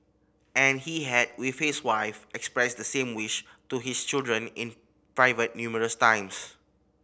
and he had with his wife expressed the same wish to his children in private numerous times